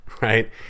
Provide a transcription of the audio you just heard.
right